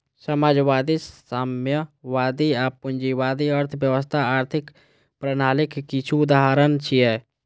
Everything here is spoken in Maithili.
समाजवादी, साम्यवादी आ पूंजीवादी अर्थव्यवस्था आर्थिक प्रणालीक किछु उदाहरण छियै